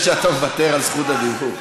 על זה שאתה מוותר על זכות הדיבור.